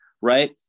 right